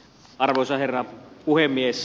arvoisa herra puhemies